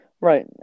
Right